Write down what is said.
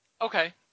Okay